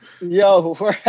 Yo